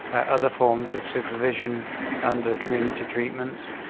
ah other forms of supervision under community treatments.